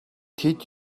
тэд